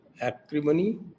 acrimony